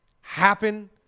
happen